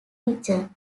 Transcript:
region